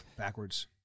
Backwards